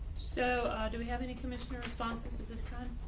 so do we have any commissioner responses to this time?